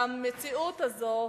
המציאות הזאת,